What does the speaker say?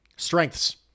Strengths